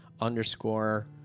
underscore